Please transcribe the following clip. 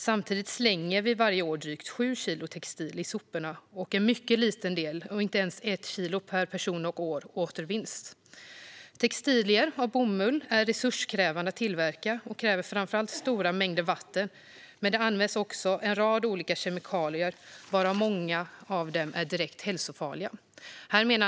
Samtidigt slänger vi varje år drygt 7 kilo textil i soporna och en mycket liten del, inte ens 1 kilo per person och år, återvinns. Textilier av bomull är resurskrävande att tillverka och kräver framför allt stora mängder vatten. Men det används också en rad olika kemikalier, varav många är direkt hälsofarliga.